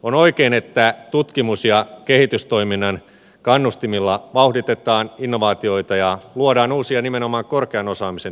on oikein että tutkimus ja kehitystoiminnan kannustimilla vauhditetaan innovaatioita ja luodaan uusia nimenomaan korkean osaamisen työpaikkoja